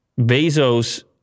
Bezos